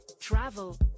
travel